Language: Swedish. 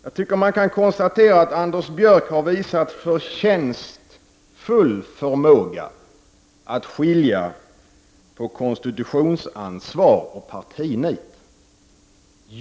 Jag tycker att man kan konstatera att Anders Björck har visat förtjänstfull förmåga att skilja mellan konstitutionellt ansvar och partinit.